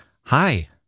Hi